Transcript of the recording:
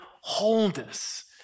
wholeness